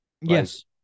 Yes